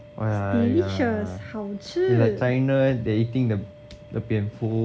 !aiya! it's like china they eating the 蝙蝠